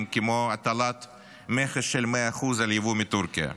כמו הטלת מכס של 100% על יבוא מטורקיה.